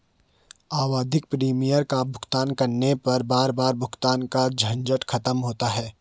आवधिक प्रीमियम का भुगतान करने पर बार बार भुगतान का झंझट खत्म होता है